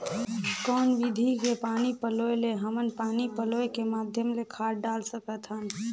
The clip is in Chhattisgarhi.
कौन विधि के पानी पलोय ले हमन पानी पलोय के माध्यम ले खाद डाल सकत हन?